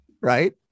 Right